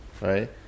Right